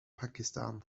pakistan